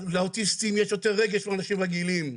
יש להם יותר רגש מאנשים רגילים.